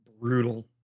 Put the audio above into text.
Brutal